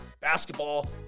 basketball